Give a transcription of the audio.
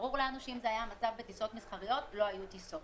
ברור לנו שאם זה היה המצב בטיסות מסחריות לא היו טיסות.